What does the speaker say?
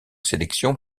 sélection